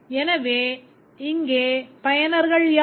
எனவே இங்கே பயனர்கள் யார்